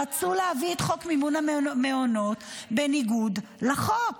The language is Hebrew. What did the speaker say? רצו להביא את חוק מימון המעונות בניגוד לחוק.